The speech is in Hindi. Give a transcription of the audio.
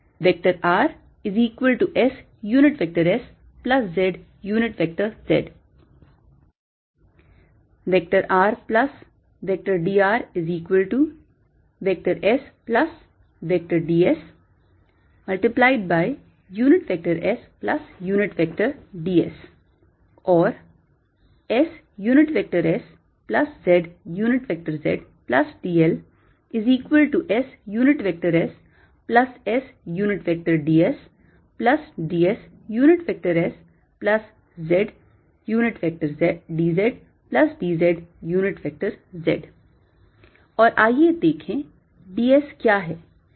rsszz rdrsdssds or sszzdlsssdsdsszdzdzz और आइए देखें d s क्या है इकाई सदिश d s बदल गया है